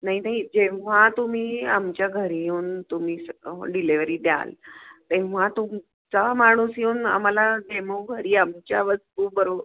नाही नाही जेव्हा तुम्ही आमच्या घरी येऊन तुम्ही सगळं डिलेवरी द्याल तेव्हा तुमचा माणूस येऊन आम्हाला डेमो घरी आमच्या वस्तू बरो